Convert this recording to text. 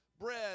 bread